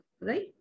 Right